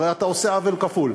הרי אתה עושה עוול כפול: